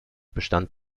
bestand